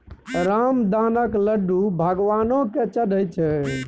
रामदानाक लड्डू भगवानो केँ चढ़ैत छै